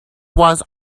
was